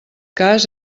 cas